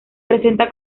presenta